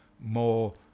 more